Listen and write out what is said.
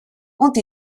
und